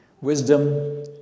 wisdom